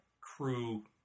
crew